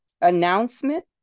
Announcement